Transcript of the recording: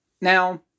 Now